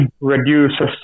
reduces